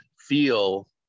feel